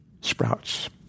sprouts